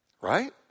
right